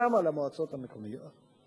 גם על מועצות מקומיות.